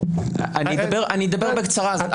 אני אדבר בקצרה.